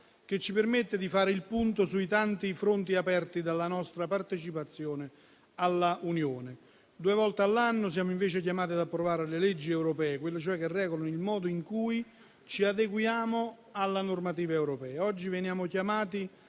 che ci permette di fare il punto sui tanti fronti aperti dalla nostra partecipazione all'Unione. Due volte all'anno siamo invece chiamati ad approvare le leggi europee, quelle che regolano il modo in cui ci adeguiamo alla normativa europea. Oggi veniamo chiamati